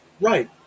Right